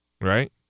Right